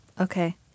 Okay